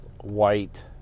White